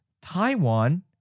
Taiwan